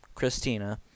Christina